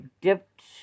dipped